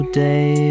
day